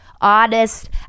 honest